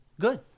good